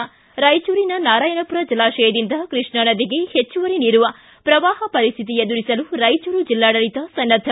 ಿ ರಾಯಚೂರಿನ ನಾರಾಯಣಪುರ ಜಲಾಶಯದಿಂದ ಕೃಷ್ಣಾ ನದಿಗೆ ಹೆಚ್ಚುವರಿ ನೀರು ಪ್ರವಾಪ ಪರಿಸ್ಥಿತಿ ಎದುರಿಸಲು ರಾಯಚೂರು ಜಿಲ್ಲಾಡಳಿತ ಸನ್ನದ್ದ